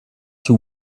too